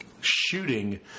shooting